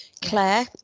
Claire